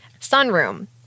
sunroom